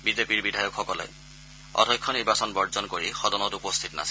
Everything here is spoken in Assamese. বিজেপিৰ বিধায়কসকলে অধ্যক্ষ নিৰ্বাচন বৰ্জন কৰি সদনত উপস্থিত নাছিল